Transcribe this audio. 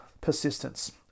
persistence